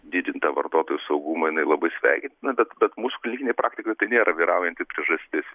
didint tą vartotojų saugumą jinai labai sveikintina bet bet mūsų kalbinėj praktikoj tai nėra vyraujanti priežastis